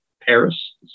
Paris